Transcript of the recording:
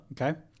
Okay